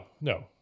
no